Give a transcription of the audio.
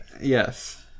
yes